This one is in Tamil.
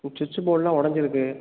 ஸ்விட்ச்சு போர்ட்டெல்லாம் உடஞ்சிருக்கு